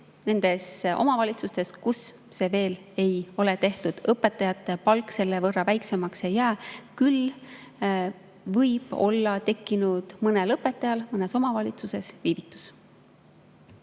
nendes omavalitsustes, kus see veel ei ole tehtud. Õpetajate palk selle võrra väiksemaks ei jää. Küll võib olla tekkinud mõnel õpetajal mõnes omavalitsuses viivitus.